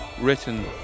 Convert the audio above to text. written